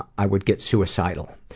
i would get suicidal.